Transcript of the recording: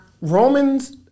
Romans